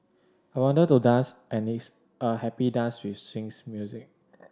I wanted to dance and it's a happy dance with swings music